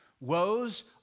Woes